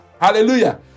Hallelujah